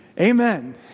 Amen